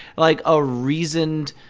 like, a reasoned,